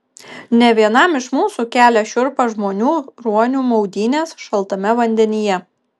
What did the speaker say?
ne vienam iš mūsų kelia šiurpą žmonių ruonių maudynės šaltame vandenyje